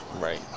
Right